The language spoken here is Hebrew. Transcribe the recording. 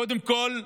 קודם כול,